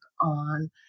on